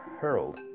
herald